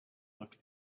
looked